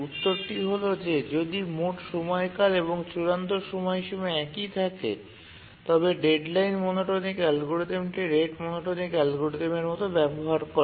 উত্তরটি হল যে যদি মোট সময়কাল এবং চূড়ান্ত সময়সীমা একই থাকে তবে ডেটলাইন মনোটোনিক অ্যালগরিদমটি রেট মনোটোনিক অ্যালগরিদমের মতো ব্যবহার করে